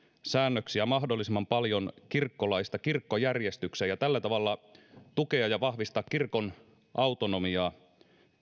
säännöksiä mahdollisimman paljon kirkkolaista kirkkojärjestykseen ja tällä tavalla tukea ja vahvistaa kirkon autonomiaa